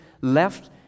left